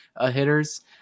hitters